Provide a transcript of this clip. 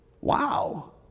Wow